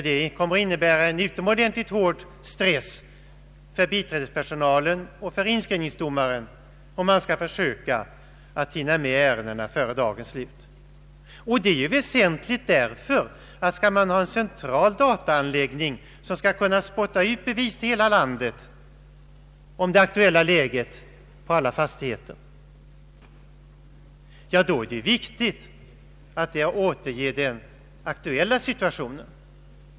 Det kommer att innebära en utomordentligt hård stress för biträdespersonalen och för inskrivningsdomaren om han skall försöka att hinna med ärendena före dagens slut, och det är väsentligt därför att om man skall ha en central dataanläggning som skall kunna spotta ut bevis till hela landet om det aktuella läget på alla fastigheter, då är det viktigt att återge den för dagen aktuella situationen.